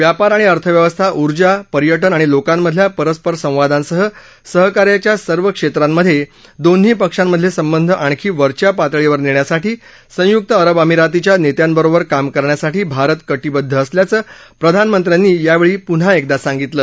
व्यापार आणि अर्थव्यवस्था ऊर्जा पर्यटन आणि लोकांमधल्या परस्पर संवादासह सहकार्याच्या सर्व क्षेत्रांमधे दोन्ही पशांमधले संबंध आणखी वरच्या पातळीवर नेण्यासाठी संयुक्त अरब अमिरातीच्या नेत्यांबरोबर काम करण्यासाठी भारत कटिबद्ध असल्याचं प्रधानमंत्र्यांनी यावेळी पुन्हा एकदा सांगितलं